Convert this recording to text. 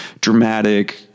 dramatic